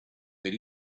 per